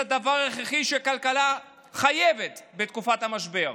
דבר הכרחי שהכלכלה חייבת בתקופת המשבר.